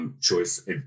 choice